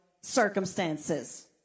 circumstances